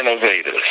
innovators